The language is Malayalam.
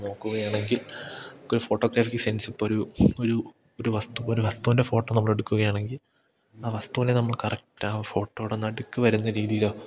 നോക്കുകയാണെങ്കിൽ നമുക്കൊരു ഫോട്ടോഗ്രാഫി സെൻസിപ്പൊരു ഒരു ഒരു വസ്തു ഒരു വസ്തുവിൻ്റെ ഫോട്ടോ നമ്മളെടുക്കുകയാണെങ്കിൽ ആ വസ്തുവിനെ നമ്മൾ കറക്റ്റ് ആ ഫോട്ടോയുടെ നടുക്ക് വരുന്ന രീതിയിലോ